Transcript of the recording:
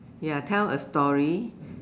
ya tell a story